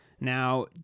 Now